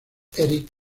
erik